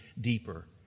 deeper